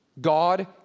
God